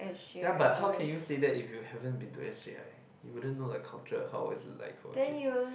ya but how can you say that if you haven't been to s_j_i you wouldn't know the culture how is it like for kids